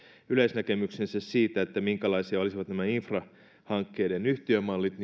yleisnäkemyksensä siitä minkälaisia olisivat nämä infrahankkeiden yhtiömallit